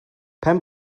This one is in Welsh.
pen